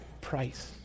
price